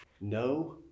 No